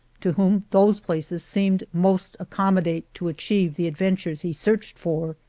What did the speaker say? to whom those places seemed most accommodate to atchieve the advent ures he searched for.